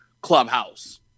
clubhouse